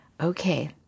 Okay